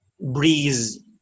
breeze